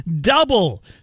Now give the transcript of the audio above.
DOUBLE